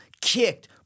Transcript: kicked